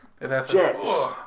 Jets